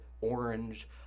orange